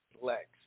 legs